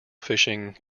fishing